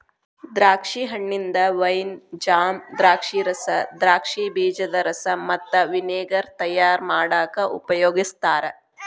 ದ್ರಾಕ್ಷಿ ಹಣ್ಣಿಂದ wine, jam, ದ್ರಾಕ್ಷಿರಸ, ದ್ರಾಕ್ಷಿ ಬೇಜದ ರಸ ಮತ್ತ ವಿನೆಗರ್ ತಯಾರ್ ಮಾಡಾಕ ಉಪಯೋಗಸ್ತಾರ